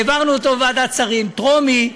והעברנו אותו בוועדת שרים בטרומית,